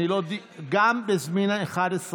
שש שנים.